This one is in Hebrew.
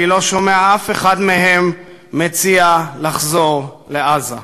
אני לא שומע אף אחד מהם מציע לחזור לעזה.